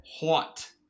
hot